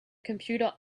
computer